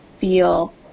feel